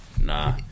nah